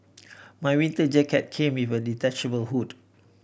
my winter jacket came with a detachable hood